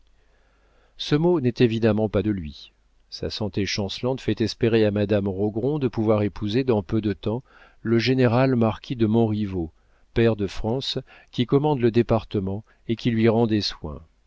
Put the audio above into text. ce mot n'est évidemment pas de lui sa santé chancelante fait espérer à madame rogron de pouvoir épouser dans peu de temps le général marquis de montriveau pair de france qui commande le département et qui lui rend des soins